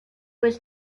was